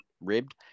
ribbed